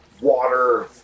water